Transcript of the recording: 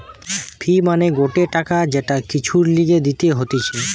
ফি মানে গটে টাকা যেটা কিছুর লিগে দিতে হতিছে